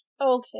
Okay